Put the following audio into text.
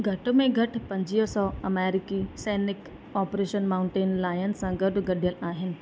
घट में घटि पंजवीह सौ अमेरिकी सैनिक ऑपरेशन माउंटेन लायन सां गॾु ॻंढियल आहिनि